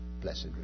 blessed